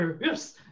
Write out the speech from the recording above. Yes